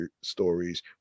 stories